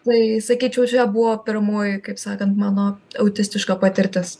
tai sakyčiau čia buvo pirmoji kaip sakant mano autistiška patirtis